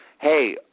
hey –